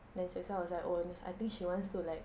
then cheng san was like oh I think she wants to like